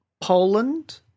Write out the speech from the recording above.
Poland